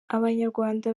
abanyarwanda